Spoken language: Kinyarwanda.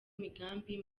migambi